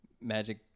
magic